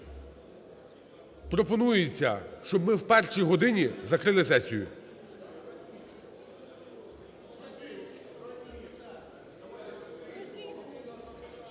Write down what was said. Пропонується, щоб ми о першій годині закрили сесію.